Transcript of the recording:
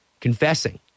confessing